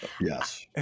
Yes